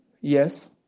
Yes